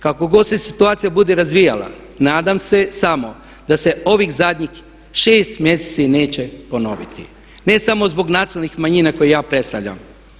Kako god se situacija bude razvijala nadam se samo da se ovih zadnjih šest mjeseci neće ponoviti ne samo zbog nacionalnih manjina koje ja predstavljam.